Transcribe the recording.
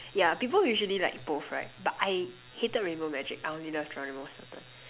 yeah people usually like both right but I hated rainbow magic I only love Geronimo-Stilton